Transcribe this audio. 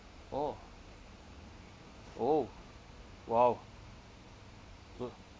oh oh !wow! good